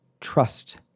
trust